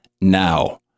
now